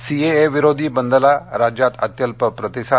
CAA विरोधी बंदला राज्यात अत्यल्प प्रतिसाद